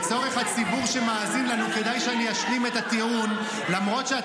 וזה מה שאנחנו מנסים לתקן, אבל אתם